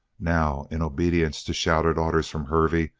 now, in obedience to shouted orders from hervey,